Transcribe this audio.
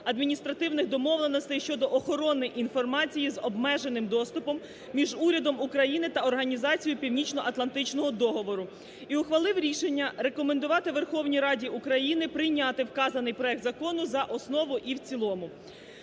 Адміністративних домовленостей щодо охорони інформації з обмеженим доступом між урядом України та Організацією Північноатлантичного договору і ухвалив рішення рекомендувати Верховній Раді України прийняти вказаний проект закону за основу і в цілому.